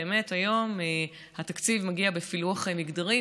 היום התקציב מגיע בפילוח מגדרי,